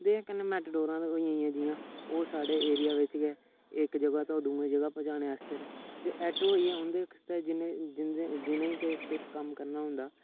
कन्नै मेटाडोरां होई गेइयां जियां ओह् साढ़े एरिया बिच्च गै इक जगह् तो दुए जगह् पजाने आस्तै ते आटो होई गे उं'दे आस्तै जिन्ने जिंदे जि'नेंगी किश कम्म करना होंदा